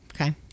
Okay